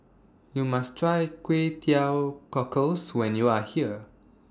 YOU must Try Kway Teow Cockles when YOU Are here